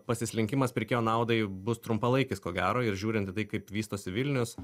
pasislinkimas pirkėjo naudai bus trumpalaikis ko gero ir žiūrint į tai kaip vystosi vilnius